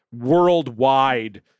worldwide